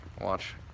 watch